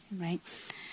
right